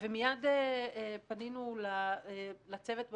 מיד פנינו לצוות במשרד,